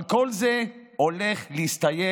אבל כל זה הולך להסתיים,